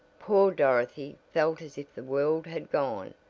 poor dorothy felt as if the world had gone,